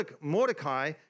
Mordecai